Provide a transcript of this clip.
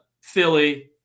Philly